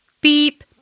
Beep